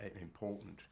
important